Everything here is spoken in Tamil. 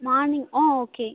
morning hmm okay